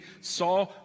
saw